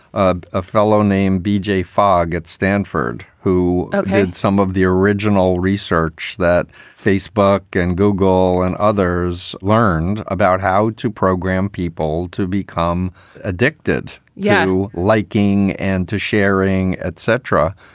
ah a fellow named b j. fogg. it's. danford, who had some of the original research that facebook and google and others learned about how to program people to become addicted to yeah liking and to sharing, etc.